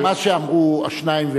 מה שאמרו השניים,